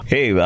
Hey